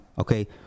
okay